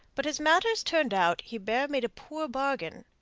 but as matters turned out, hebert made a poor bargain.